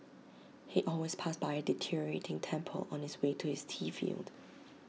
he always passed by A deteriorating temple on his way to his tea field